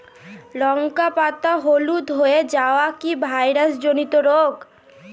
লঙ্কা পাতা হলুদ হয়ে যাওয়া কি ভাইরাস জনিত রোগ?